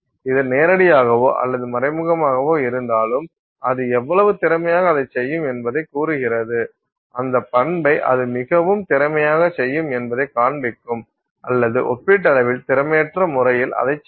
இது நேரடியாகவோ அல்லது மறைமுகமாகவோ இருந்தாலும் அது எவ்வளவு திறமையாக அதைச் செய்யும் என்பதைக் கூறுகிறது அந்த பண்பை அது மிகவும் திறமையாகச் செய்யும் என்பதைக் காண்பிக்கும் அல்லது ஒப்பீட்டளவில் திறமையற்ற முறையில் அதைச்செய்யும்